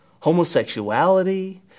homosexuality